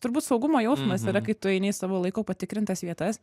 turbūt saugumo jausmas yra kai tu eini į savo laiko patikrintas vietas